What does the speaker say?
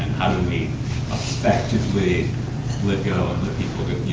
we effectively let go of the people